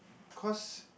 cause